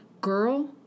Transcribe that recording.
Girl